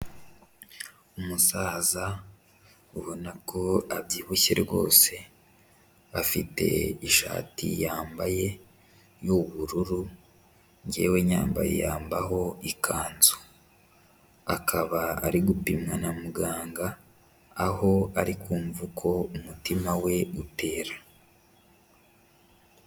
Umusaza ubona ko abyibushye rwose, bafite ishati yambaye y'ubururu, njyewe nyambaye yambaho ikanzu, akaba ari gupimwa na muganga, aho ari kumva uko umutima we utera.